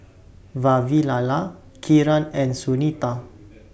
Vavilala Kiran and Sunita